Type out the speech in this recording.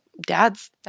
Dad's